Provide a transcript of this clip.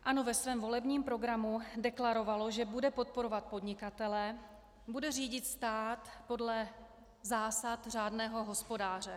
ANO ve svém volebním programu deklarovalo, že bude podporovat podnikatele, bude řídit stát podle zásad řádného hospodáře.